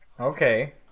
Okay